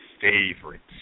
favorites